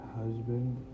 husband